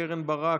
קרן ברק,